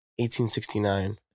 1869